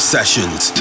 Sessions